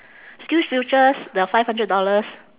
skills futures the five hundred dollars